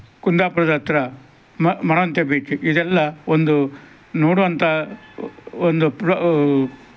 ಕುಂದಾಪುರದ ಹತ್ತಿರ ಮರವಂತೆ ಬೀಚ್ ಇದೆಲ್ಲ ಒಂದು ನೋಡುವಂಥ ಒಂದು ಪ್ರ